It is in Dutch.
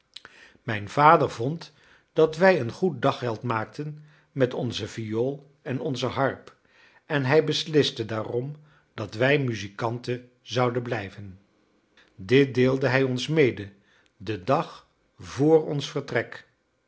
mijn vader vond dat wij een goed daggeld maakten met onze viool en onze harp en hij besliste daarom dat wij muzikanten zouden blijven dit deelde hij ons mede den dag vr ons vertrek